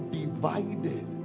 divided